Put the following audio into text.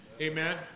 amen